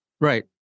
Right